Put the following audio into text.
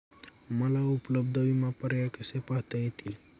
मला उपलब्ध विमा पर्याय कसे पाहता येतील?